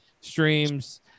streams